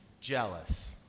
jealous